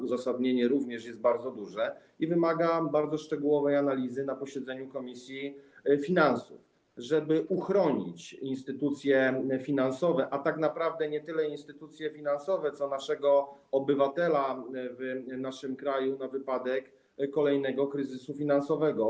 Uzasadnienie również jest bardzo duże i wymaga bardzo szczegółowej analizy na posiedzeniu Komisji Finansów, żeby uchronić instytucje finansowe, a tak naprawdę nie tyle instytucje finansowe, co naszego obywatela w naszym kraju na wypadek kolejnego kryzysu finansowego.